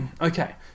Okay